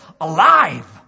alive